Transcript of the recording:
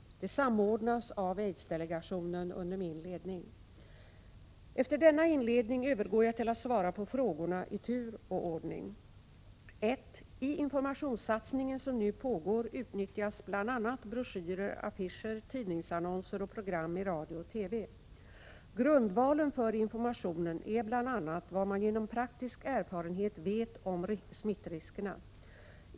Det samordnas av aidsdelegationen under min ledning. Efter denna inledning övergår jag till att svara på frågorna i tur och ordning. 1. I informationssatsningen som nu pågår utnyttjas bl.a. broschyrer, affischer, tidningsannonser och program i radio och TV. Grundvalen för informationen är bl.a. vad man genom praktisk erfarenhet vet om smittriskerna.